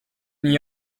n’y